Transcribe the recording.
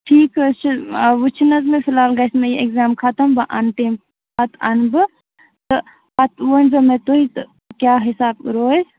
ٹھیٖک حظ چھُ وۅنۍ چھُنہٕ حظ مےٚ فِلحال گژھِ مےٚ یہِ ایٚکزایم خَتٕم بہٕ اَنہٕ تَمہِ پَتہٕ اَنہٕ بہٕ تہٕ پَتہٕ ؤنۍزیٚو مےٚ تُہۍ تہٕ کیٛاہ حِساب روزِ